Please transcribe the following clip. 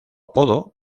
apodo